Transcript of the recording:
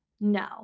No